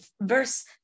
verse